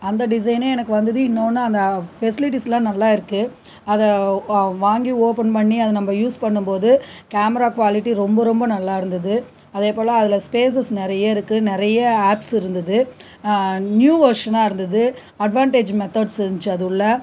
அந்த டிசைனே எனக்கு வந்தது இன்னோன்று அந்த ஃபெசிலிட்டிஸ்லாம் நல்லாயிருக்கு அதை வா வாங்கி ஓப்பன் பண்ணி அதை நம்ப யூஸ் பண்ணும்போது கேமரா க்வாலிட்டி ரொம்ப ரொம்ப நல்லாயிருந்தது அதேபோல் அதில் ஸ்பேசஸ் நிறையருக்கு நிறைய ஆப்ஸ் இருந்தது நியூ வர்ஷனாக இருந்தது அட்வாண்டேஜ் மெத்தட்ஸ் இருந்துச்சு அது உள்ளே